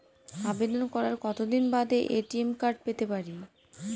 আবেদন করার কতদিন বাদে এ.টি.এম কার্ড পেতে পারি?